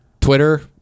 Twitter